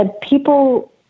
people